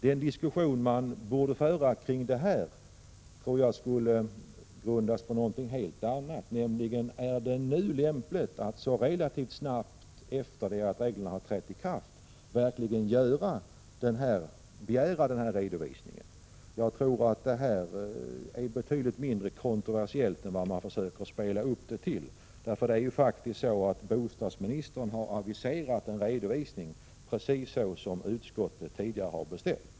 Den diskussion man borde föra i detta sammanhang tror jag skulle grundas på någonting helt annat. Man borde ställa frågan: Är det lämpligt att så relativt snabbt efter det att reglerna trätt i kraft verkligen genomföra nämnda redovisning? Jag tror att detta är betydligt mindre kontroversiellt än man försöker göra det till. Bostadsministern har faktiskt aviserat en redovisning, precis som utskottet tidigare har beställt.